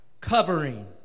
covering